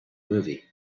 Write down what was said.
movie